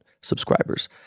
subscribers